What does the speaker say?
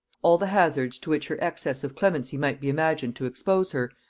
all the hazards to which her excess of clemency might be imagined to expose her,